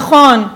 נכון.